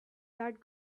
that